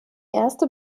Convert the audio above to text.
erste